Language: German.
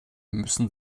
müssen